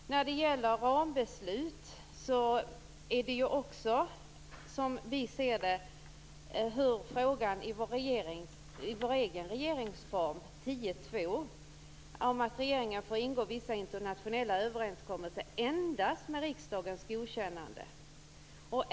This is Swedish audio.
När det gäller rambeslut handlar det ju också om, som vi ser det, vår egen regeringsform 10:2, att regeringen får ingå vissa internationella överenskommelser endast med riksdagens godkännande.